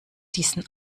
diesen